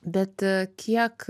bet kiek